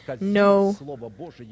no